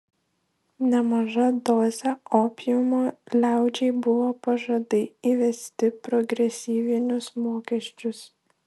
nemaža dozė opiumo liaudžiai buvo pažadai įvesti progresyvinius mokesčius